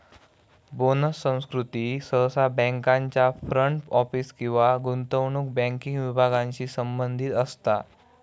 bonus संस्कृती सहसा बँकांच्या फ्रंट ऑफिस किंवा गुंतवणूक बँकिंग विभागांशी संबंधित असता